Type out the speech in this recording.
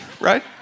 right